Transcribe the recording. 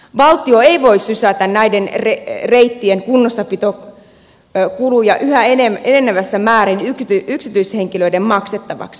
valtio ei voi sysätä näiden reittien kunnossapitokuluja yhä enenevässä määrin yksityishenkilöiden maksettaviksi